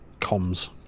comms